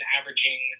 averaging